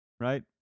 right